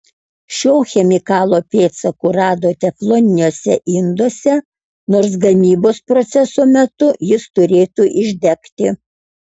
šio chemikalo pėdsakų rado tefloniniuose induose nors gamybos proceso metu jis turėtų išdegti